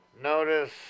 Notice